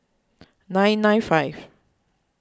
nine nine five